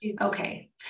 Okay